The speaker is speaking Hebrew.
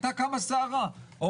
זה רעיון לא רע.